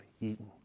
eaten